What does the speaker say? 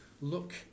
look